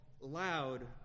loud